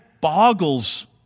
boggles